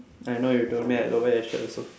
I know you told me I got wear your shirt also